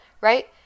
right